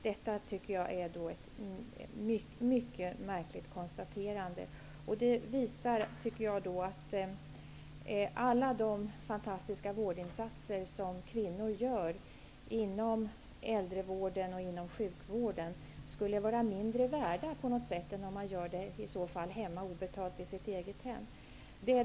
Detta tycker jag är ett mycket märkligt konstaterande. Det visar, tycker jag, att alla de fantastiska vårdinsatser som kvinnor gör inom äldrevården och inom sjukvården skulle vara på något sätt mindre värda än om de görs obetalt i det egna hemmet.